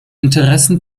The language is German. interessen